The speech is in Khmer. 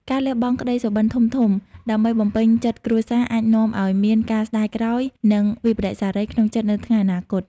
ការលះបង់ក្តីសុបិនធំៗដើម្បីបំពេញចិត្តគ្រួសារ អាចនាំឱ្យមានការស្តាយក្រោយ និងវិប្បដិសារីក្នុងចិត្តនៅថ្ងៃអនាគត។